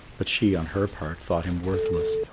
but she on her part thought him worthless,